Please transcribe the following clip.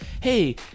hey